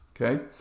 okay